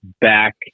back